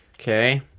Okay